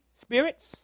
spirits